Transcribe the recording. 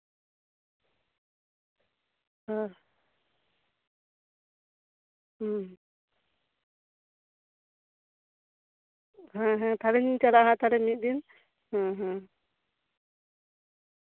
ᱦᱮᱸ ᱦᱮᱸ ᱛᱟᱞᱦᱮᱧ ᱪᱟᱞᱟᱜᱼᱟ ᱦᱟᱸᱜ ᱢᱤᱫ ᱫᱤᱱ ᱦᱮᱸ ᱦᱮᱸ